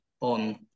on